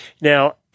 Now